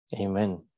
Amen